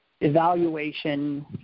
evaluation